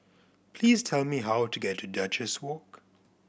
please tell me how to get to Duchess Walk